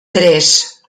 tres